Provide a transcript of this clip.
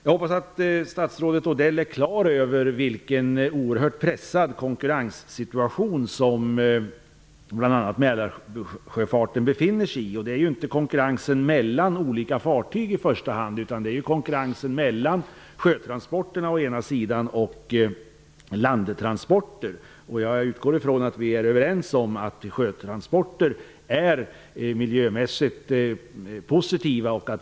Jag hoppas att statsrådet Odell är klar över vil ken oerhört pressad konkurrenssituation som bl.a. Mälarsjöfarten befinner sig i. Det är inte i första hand fråga om konkurrensen mellan olika företag, utan det är fråga om konkurrensen mel lan sjötransporter och landtransporter. Jag utgår från att vi är överens om att sjötransporter är mil jömässigt positivt.